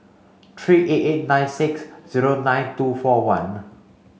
three eight eight nine six zero nine two four one